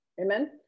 Amen